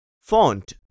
Font